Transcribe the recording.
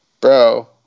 Bro